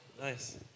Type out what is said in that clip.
Nice